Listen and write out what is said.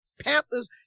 Panthers